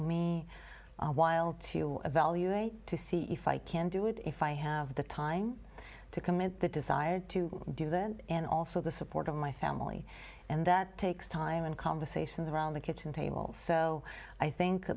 me awhile to evaluate to see if i can do it if i have the time to commit the desire to do that and also the support of my family and that takes time and conversations around the kitchen table so i think